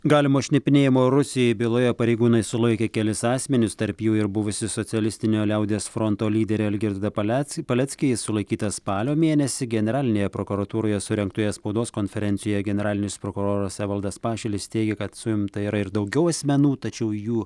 galimo šnipinėjimo rusijai byloje pareigūnai sulaikė kelis asmenis tarp jų ir buvusį socialistinio liaudies fronto lyderį algirdą palec paleckį jis sulaikytas spalio mėnesį generalinėje prokuratūroje surengtoje spaudos konferencijoje generalinis prokuroras evaldas pašilis teigė kad suimta yra ir daugiau asmenų tačiau jų